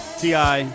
ti